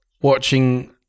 watching